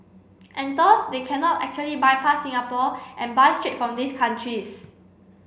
and thus they cannot actually bypass Singapore and buy straight from these countries